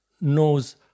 knows